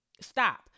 stop